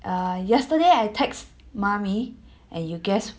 uh yesterday I text mommy and you guess